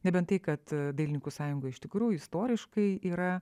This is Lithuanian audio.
nebent tai kad dailininkų sąjunga iš tikrųjų istoriškai yra